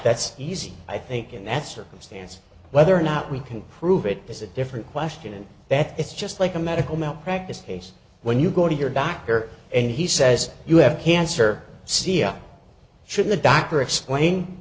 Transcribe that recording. that's easy i think in that circumstance whether or not we can prove it is a different question and that it's just like a medical malpractise case when you go to your doctor and he says you have cancer c a should the doctor explain